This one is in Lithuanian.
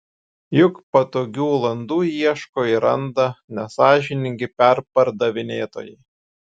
juk patogių landų ieško ir randa nesąžiningi perpardavinėtojai